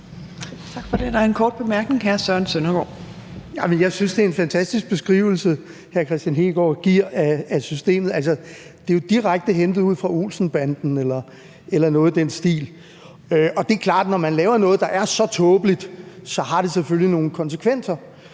Jeg synes, det er en fantastisk beskrivelse, hr. Kristian Hegaard giver af systemet – det er jo direkte hentet fra Olsen-banden eller noget i den stil. Og det er klart, at når man laver noget, der er så tåbeligt, har det selvfølgelig nogle konsekvenser.